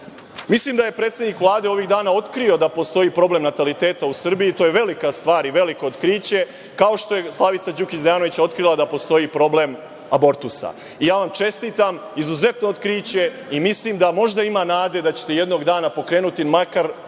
da je predsednik Vlade ovih dana otkrio da postoji problem nataliteta u Srbiji, to je velika stvar i veliko otkriće, kao što je Slavica Đukić Dejanović otkrila da postoji problem abortusa. Ja vam čestitam, izuzetno otkriće i mislim da možda ima nade da ćete jednog dana pokrenuti makar